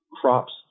crops